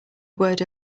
word